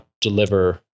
deliver